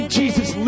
jesus